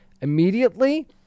immediately